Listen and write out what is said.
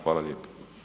Hvala lijepo.